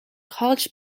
college